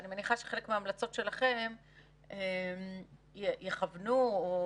אני מניחה שחלק מההמלצות שלכם יכוונו או